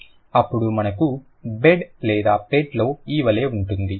అప్పుడు మనకు బెడ్ లేదా పెట్ లో ఇ వలే ఉంది